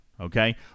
Okay